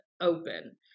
open